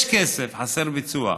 יש כסף, חסר ביצוע.